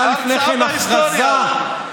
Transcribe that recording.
שהיה לפני כן הכרזה המצאת ההיסטוריה.